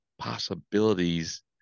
Possibilities